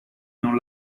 non